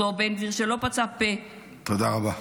אותו בן גביר, שלא פצה פה, תודה רבה.